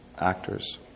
actors